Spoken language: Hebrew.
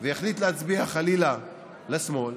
ויחליט להצביע חלילה לשמאל,